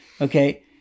Okay